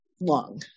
long